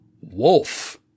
Wolf